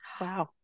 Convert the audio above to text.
Wow